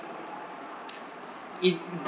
it